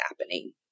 happening